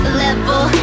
level